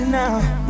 now